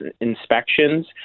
inspections